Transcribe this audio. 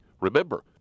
remember